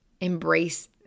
embrace